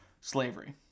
slavery